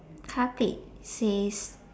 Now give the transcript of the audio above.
car plate says